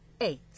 eight